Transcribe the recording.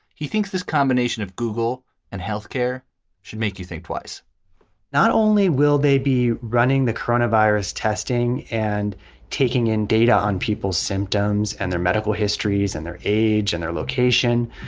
he thinks this combination of google and health care should make you think twice not only will they be running the coronavirus testing and taking in data on people's symptoms and their medical histories and their age and their location,